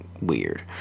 weird